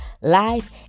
life